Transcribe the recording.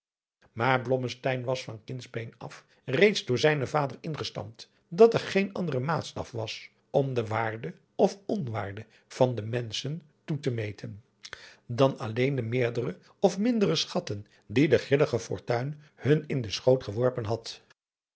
blommesteyn was van kinds been af reeds door zijnen vader ingestampt dat er geen andere maatstaf was om de waarde of onwaarde van de menschen to meten dan alleen de meerdere of mindere schatten die de grillige fortuin hun in den schoot geworpen had